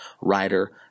writer